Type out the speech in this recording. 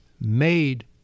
made